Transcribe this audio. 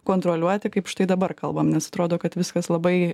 kontroliuoti kaip štai dabar kalbam nes atrodo kad viskas labai